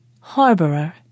Harborer